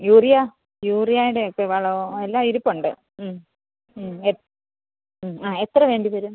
urea യൂറിയായുടെ ഒക്കെ വളവോ ആ എല്ലാം ഇരിപ്പുണ്ട് മ്മ് മ്മ് എ മ്മ് ആ എത്ര വേണ്ടി വരും